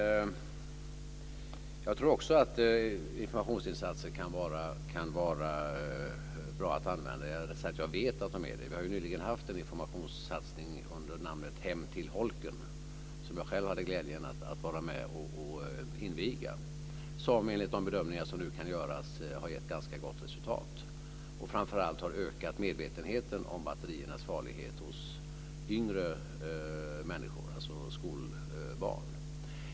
Fru talman! Jag tror också att informationsinsatser kan vara bra att använda, eller rättare sagt, jag vet att de är det. Vi har nyligen haft en informationssatsning under namnet Hem till holken, som jag själv hade glädjen att vara med och inviga. Enligt de bedömningar som nu kan göras har den gett ett ganska gott resultat. Framför allt har den ökat medvetenheten om batteriernas farlighet hos yngre människor, alltså skolbarn.